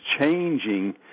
changing